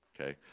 okay